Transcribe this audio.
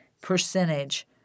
percentage